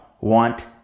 want